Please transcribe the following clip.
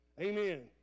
Amen